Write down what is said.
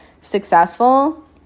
successful